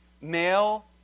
male